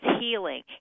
healing